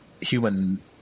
human